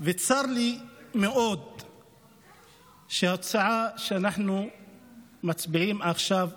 וצר לי מאוד שבהצעה שאנחנו מצביעים עליה עכשיו,